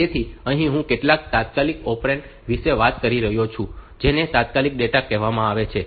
તેથી અહીં હું કેટલાક તાત્કાલિક ઓપરેન્ડ્સ વિશે વાત કરી રહ્યો છું જેને તાત્કાલિક ડેટા કહેવામાં આવે છે